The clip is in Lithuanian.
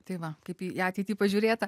tai va kaip į ateitį pažiūrėta